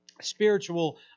spiritual